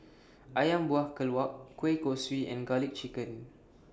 Ayam Buah Keluak Kueh Kosui and Garlic Chicken